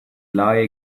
lie